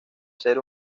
ser